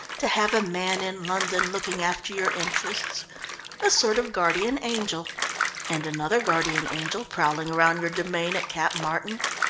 to have a man in london looking after your interests a sort of guardian angel and another guardian angel prowling round your demesne at cap martin?